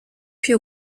puis